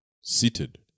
seated